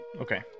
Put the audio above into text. okay